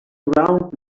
around